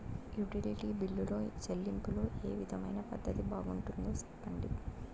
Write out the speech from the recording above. Utility బిల్లులో చెల్లింపులో ఏ విధమైన పద్దతి బాగుంటుందో సెప్పండి?